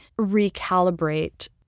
recalibrate